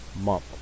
month